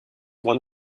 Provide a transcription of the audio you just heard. one